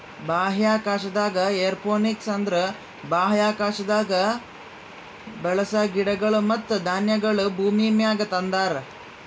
ಬಾಹ್ಯಾಕಾಶದಾಗ್ ಏರೋಪೋನಿಕ್ಸ್ ಅಂದುರ್ ಬಾಹ್ಯಾಕಾಶದಾಗ್ ಬೆಳಸ ಗಿಡಗೊಳ್ ಮತ್ತ ಧಾನ್ಯಗೊಳ್ ಭೂಮಿಮ್ಯಾಗ ತಂದಾರ್